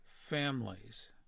families